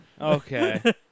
Okay